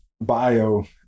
bio